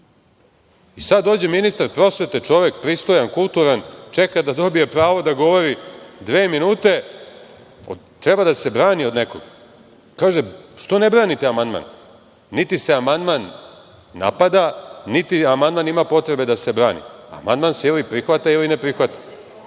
sad dođe ministar prosvete, čovek pristojan, kulturan, čeka da dobije pravo da govori dve minute, treba da se brani od nekog? Kaže – što ne branite amandman? Niti se amandman napada, niti amandman ima potrebe da se brani. Amandman se ili prihvata ili ne prihvata.